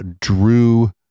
Drew